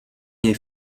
něj